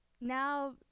now